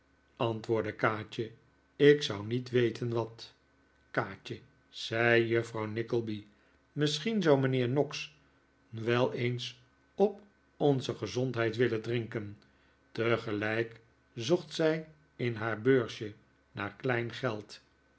antwoordde kaatje ik zou niet weten wat kaatje zei juffrouw nickleby misschien zou mijnheer noggs wel eens op onze gezondheid willen drinken tegelijk zocht zij in haar beursje naar klein geld